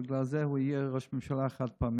ועל זה הוא יהיה ראש ממשלה חד-פעמי.